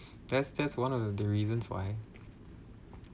that's that's one of the reasons why